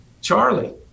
Charlie